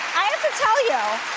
i have to tell you.